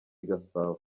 gasabo